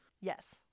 Yes